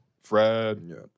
Fred